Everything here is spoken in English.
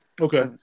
Okay